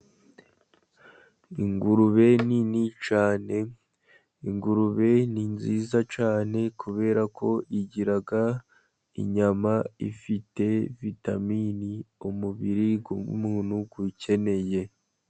Ingurube nini cyane, ingurube ni nziza cyane kubera ko igira inyama, ifite vitamini mu mubiri w'umuntu ukeneye.